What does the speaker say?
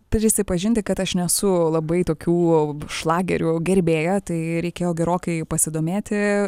prisipažinti kad aš nesu labai tokių šlagerių gerbėja tai reikėjo gerokai pasidomėti